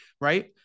right